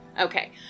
Okay